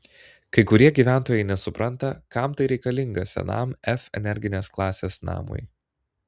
kai kurie gyventojai nesupranta kam tai reikalinga senam f energinės klasės namui